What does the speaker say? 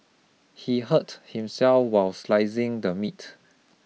he hurt himself while slicing the meat